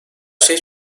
şey